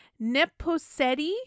Neposetti